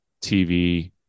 tv